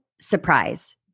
surprise